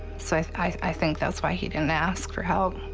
so i i think that's why he didn't ask for help.